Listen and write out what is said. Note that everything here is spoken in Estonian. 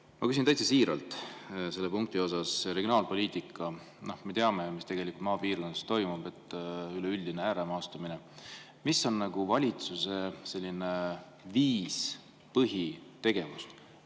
Ma küsin täiesti siiralt selle punkti kohta, regionaalpoliitika kohta. Me teame, mis tegelikult maapiirkonnas toimub – üleüldine ääremaastumine. Mis on valitsuse viis põhitegevust,